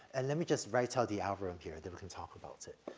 ah let me just write out the algorithm here that we can talk about it,